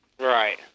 Right